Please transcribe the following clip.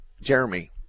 Jeremy